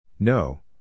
No